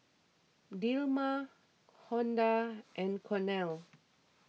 Dilmah Honda and Cornell